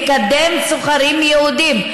לקדם סוחרים יהודים.